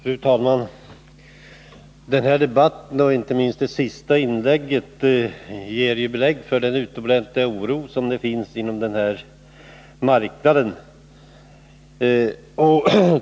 Fru talnian! Den här debatten och inte minst det senaste inlägget ger belägg för den utomordentliga oro som råder på den här marknaden.